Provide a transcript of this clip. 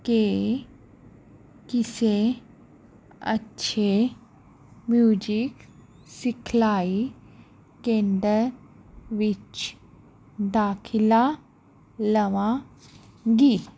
ਕੇ ਕਿਸੇ ਅੱਛੇ ਮਿਊਜ਼ਿਕ ਸਿਖਲਾਈ ਕੇਂਦਰ ਵਿੱਚ ਦਾਖਲਾ ਲਵਾਂਗੀ